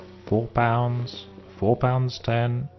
four pounds, four pounds ten,